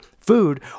food